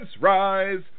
rise